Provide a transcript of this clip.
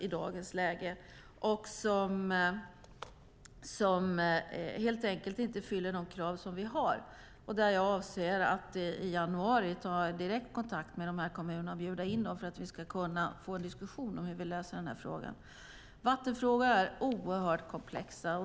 De uppfyller helt enkelt inte kraven. Jag avser att i januari ta kontakt med de kommunerna och bjuda in dem för att diskutera hur vi ska lösa frågan. Vattenfrågor är komplexa.